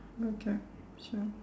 okay sure